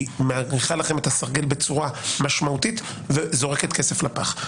היא מאריכה לכם את הסרגל בצורה משמעותית וזורקת כסף לפח.